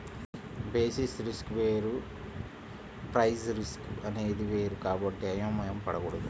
basis risk వేరు price risk అనేది వేరు కాబట్టి అయోమయం పడకూడదు